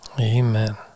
Amen